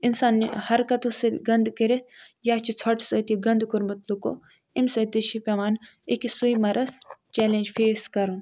اِنسان نہِ حَرکَتو سۭتۍ گَنٛدٕ کٔرِتھ یا چھُ ژھۅٹہٕ سۭتۍ یہِ گَنٛدٕ کوٚرمُت لُکو اَمہِ سۭتۍ تہِ چھ پٮ۪وان أکِس سویمَرَس چیٚلینٛج فیس کَرُن